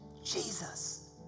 Jesus